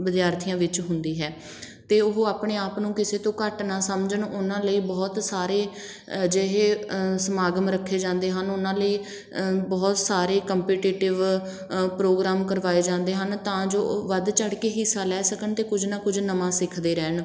ਵਿਦਿਆਰਥੀਆਂ ਵਿੱਚ ਹੁੰਦੀ ਹੈ ਅਤੇ ਉਹ ਆਪਣੇ ਆਪ ਨੂੰ ਕਿਸੇ ਤੋਂ ਘੱਟ ਨਾ ਸਮਝਣ ਉਹਨਾਂ ਲਈ ਬਹੁਤ ਸਾਰੇ ਅਜਿਹੇ ਸਮਾਗਮ ਰੱਖੇ ਜਾਂਦੇ ਹਨ ਉਹਨਾਂ ਲਈ ਬਹੁਤ ਸਾਰੇ ਕੰਪੀਟੀਟਿਵ ਪ੍ਰੋਗਰਾਮ ਕਰਵਾਏ ਜਾਂਦੇ ਹਨ ਤਾਂ ਜੋ ਉਹ ਵੱਧ ਚੜ ਕੇ ਹਿੱਸਾ ਲੈ ਸਕਣ ਅਤੇ ਕੁਝ ਨਾ ਕੁਝ ਨਵਾਂ ਸਿੱਖਦੇ ਰਹਿਣ